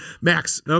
Max